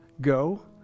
go